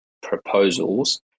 proposals